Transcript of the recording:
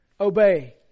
obey